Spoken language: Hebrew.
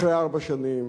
אחרי ארבע שנים,